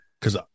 Cause